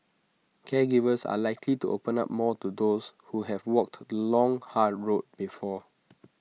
caregivers are likely to open up more to those who have walked the long hard road before